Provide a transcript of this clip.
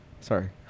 sorry